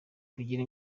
kigira